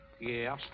Yes